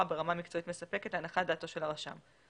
ברמה מקצועית מספקת להנחת דעתו של הרשם.